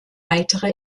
weitere